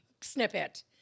snippet